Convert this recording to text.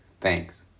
Thanks